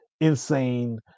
insane